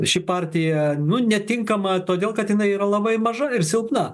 ši partija nu netinkama todėl kad jinai yra labai maža ir silpną